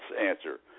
answer